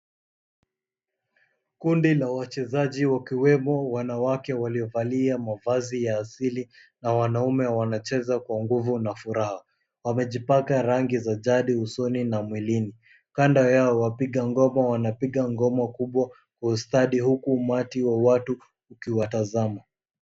Kundi la wachezaji wakiwemo wanawake waliovalia mavazi ya asili na wanaume wanacheza kwa nguvu na furaha. Wamejipaka rangi za jadi usoni na mwilini. Kando yao wapiga ngoma wanapiga ngoma kubwa kwa ustadi, huku umati wa watu ukiwatazama.